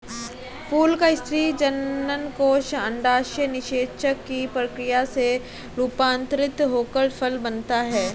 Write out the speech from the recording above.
फूल का स्त्री जननकोष अंडाशय निषेचन की प्रक्रिया से रूपान्तरित होकर फल बनता है